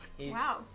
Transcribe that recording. Wow